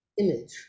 image